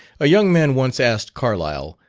a young man once asked carlyle,